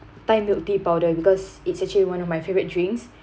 thai milk tea powder because it's actually one of my favourite drinks